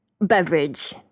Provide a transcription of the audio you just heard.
beverage